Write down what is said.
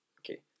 Okay